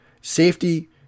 Safety